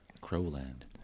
Crowland